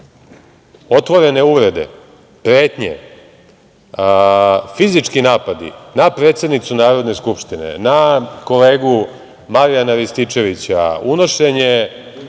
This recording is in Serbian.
otvorene uvrede, pretnje, fizički napadi na predsednicu Narodne skupštine, na kolegu Marijana Rističevića, unošenje